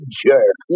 jerk